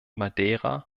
madeira